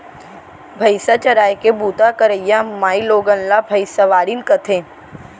भईंसा चराय के बूता करइया माइलोगन ला भइंसवारिन कथें